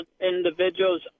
individuals